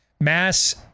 Mass